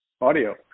audio